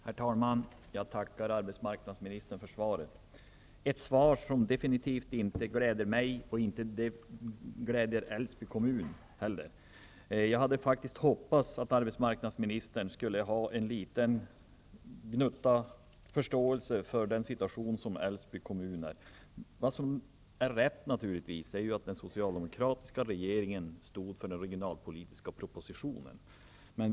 Herr talman! Jag tackar arbetsmarknadsministern för svaret -- ett svar som defenitivt inte gläder vare sig mig eller Älvsbyn kommun. Jag hade faktiskt hoppats att arbetsmarknadsministern skulle ha en liten gnutta förståelse för den situation som Älvsbyn kommun befinner sig i. Det är naturligtvis riktigt att den socialdemokratiska regeringen stod bakom den regionalpolitiska propositionen.